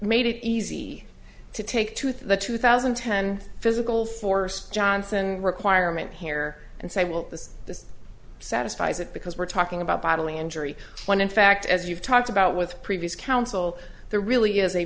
made it easy to take to the two thousand and ten physical force johnson requirement here and say well this this satisfies it because we're talking about bodily injury when in fact as you've talked about with previous counsel there really is a